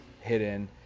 hidden